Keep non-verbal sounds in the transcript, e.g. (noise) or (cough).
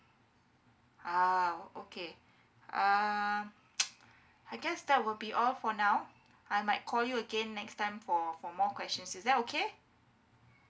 ah okay uh (noise) I guess that will be all for now I might call you again next time for for more questions is that okay